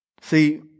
See